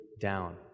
down